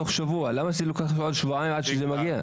למה זה לוקח עוד שבועיים עד שזה מגיע?